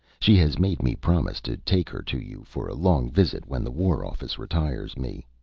she has made me promise to take her to you for a long visit when the war office retires me.